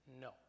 no